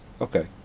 Okay